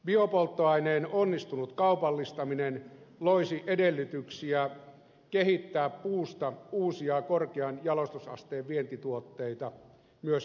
biopolttoaineen onnistunut kaupallistaminen loisi edellytyksiä kehittää puusta uusia korkean jalostusasteen vientituotteita myöskin jatkossa